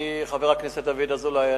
חבר הכנסת דוד אזולאי,